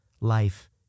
life